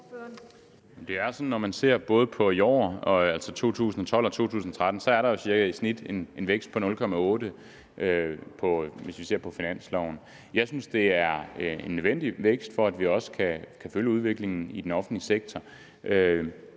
i år og næste år, altså 2012 og 2013, at der i snit er en vækst på 0,8 pct., hvis vi ser på finansloven. Jeg synes, at det er en nødvendig vækst, for at vi også kan følge udviklingen i den offentlige sektor.